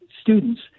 students